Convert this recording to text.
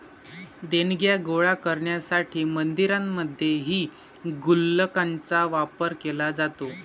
देणग्या गोळा करण्यासाठी मंदिरांमध्येही गुल्लकांचा वापर केला जातो